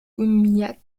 line